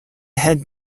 head